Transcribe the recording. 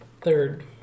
third